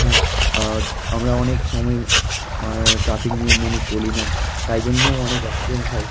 হ্যাঁ আর আমরা অনেক সময়ে ট্রাফিক নিয়ম মেনে চলি না তাই জন্যও অনেক অ্যাক্সিডেন্ট হয়